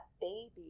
baby